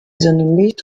sonnenlicht